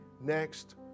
next